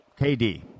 KD